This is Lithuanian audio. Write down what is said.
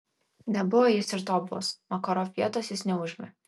nebuvo jis ir tobulas makarov vietos jis neužėmė